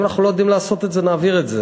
אם אנחנו לא יודעים לעשות את זה נעביר את זה,